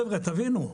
חבר'ה תבינו,